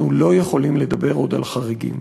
אנחנו לא יכולים לדבר עוד על חריגים,